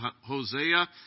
Hosea